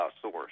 source